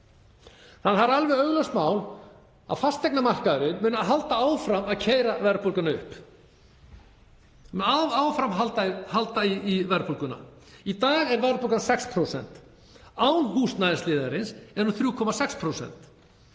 Það er alveg augljóst mál að fasteignamarkaðurinn mun halda áfram að keyra verðbólguna upp, við munum áfram halda í verðbólguna. Í dag er verðbólgan 6%, án húsnæðisliðarins er hún 3,6%,